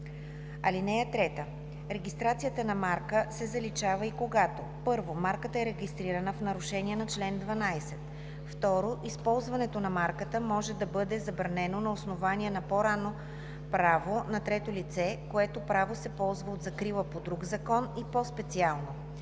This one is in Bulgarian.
вина. (3) Регистрацията на марка се заличава и когато: 1. марката е регистрирана в нарушение на чл. 12; 2. използването на марката може да бъде забранено на основание на по-ранно право на трето лице, което право се ползва от закрила по друг закон, и по-специално: